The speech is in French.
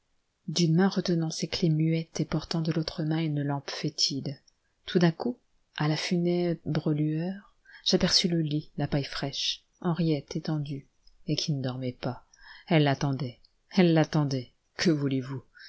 d'une main retenant ses clefs muettes et portant de l'autre main une lampe fétide tout d'un coup à la funèbre lueur j'aperçus le lit la paille fraîche henriette étendue et qui ne dormait pas elle attendait elle l'attendait que voulez-vous